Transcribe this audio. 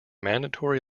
mandatory